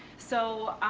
so,